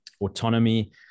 autonomy